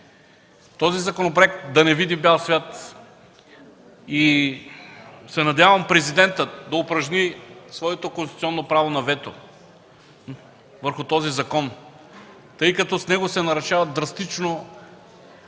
този законопроект да не види бял свят. Надявам се Президентът да упражни своето конституционно право на вето върху него, тъй като с него се нарушават драстично